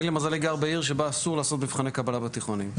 אני למזלי גר בעיר שבה אסור לעשות מבחני קבלה בתיכונים,